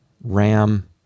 RAM